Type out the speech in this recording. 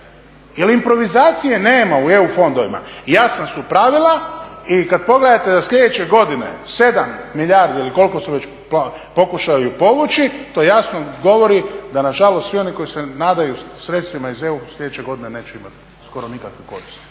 jel improvizacije nema u EU fondovima. Jasna su pravila i kad pogledate da sljedeće godine 7 milijardi ili koliko su već pokušali povući, to jasno govori da nažalost svi oni koji se nadaju sredstvima iz EU, sljedeće godine neće imati skoro nikakve koristi.